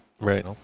Right